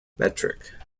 metric